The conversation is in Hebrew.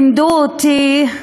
לימדו אותי,